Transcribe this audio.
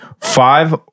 Five